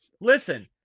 Listen